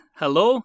hello